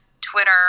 Twitter